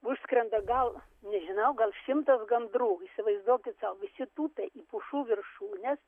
užskrenda galvą nežinau gal šimtas gandrų įsivaizduokit sau visi tūpė į pušų viršūnes